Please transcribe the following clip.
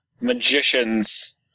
magicians